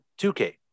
2K